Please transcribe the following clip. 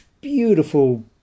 beautiful